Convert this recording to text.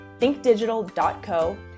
thinkdigital.co